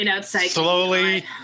slowly